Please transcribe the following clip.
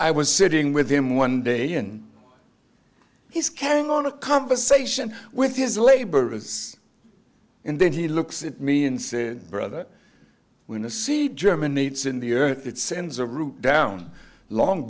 i was sitting with him one day in his carry on a conversation with his laborers and then he looks at me and said brother when a seed germinates in the earth it sends a root down long